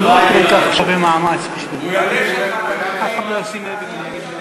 אנחנו יודעים שהלב שלך במקרה הזה במקום הנכון.